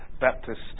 Baptist